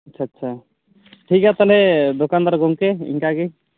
ᱟᱪᱪᱷᱟ ᱟᱪᱪᱷᱟ ᱴᱷᱤᱠ ᱜᱮᱭᱟ ᱛᱟᱦᱚᱞᱮ ᱫᱚᱠᱟᱱᱫᱟᱨ ᱜᱚᱢᱠᱮ ᱤᱱᱠᱟᱹ ᱜᱮ